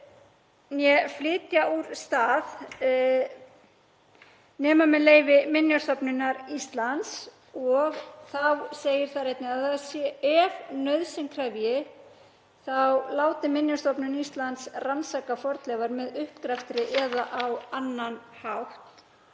né flytja úr stað fornleifar nema með leyfi Minjastofnunar Íslands. Þá segir þar einnig að ef nauðsyn krefur láti Minjastofnun Íslands rannsaka fornleifar með uppgreftri eða á annan hátt.